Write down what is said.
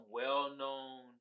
well-known